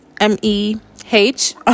m-e-h